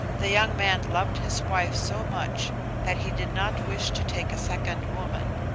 the young man loved his wife so much that he did not wish to take a second woman.